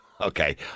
Okay